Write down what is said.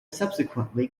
subsequently